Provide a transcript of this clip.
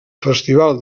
festival